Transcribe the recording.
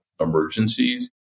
emergencies